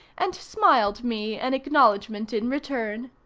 and smiled me an acknowledgement in return.